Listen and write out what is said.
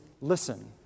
listen